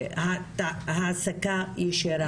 כן להעסקה ישירה.